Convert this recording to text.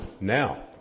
Now